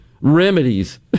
remedies